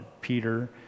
Peter